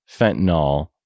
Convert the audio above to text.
fentanyl